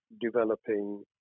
developing